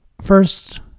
First